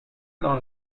dans